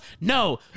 No